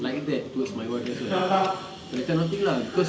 like that towards my wife as well that kind of thing lah cause